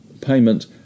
payment